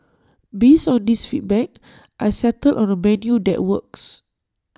based on these feedback I settled on A menu that works